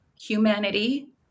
humanity